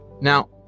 Now